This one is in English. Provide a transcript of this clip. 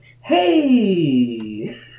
hey